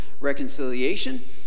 reconciliation